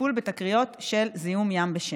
והפגינו מול הכנסת.